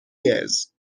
years